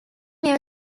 new